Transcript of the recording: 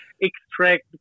extract